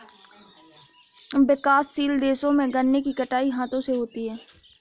विकासशील देशों में गन्ने की कटाई हाथों से होती है